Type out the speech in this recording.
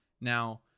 Now